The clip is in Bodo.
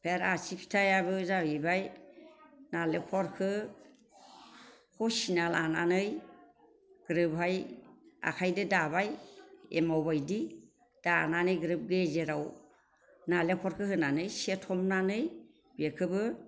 ओमफ्राय आरो आसि फिथायाबो जाहैबाय नारेंखलखौ खसिना लानानै ग्रोबहाय आखायजों दाबाय एमाव बायदि दानानै ग्रोब गेजेराव नारेंखलखौ होनानै एसे थननानै बेखौबो